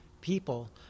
people